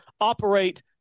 operate